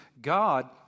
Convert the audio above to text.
God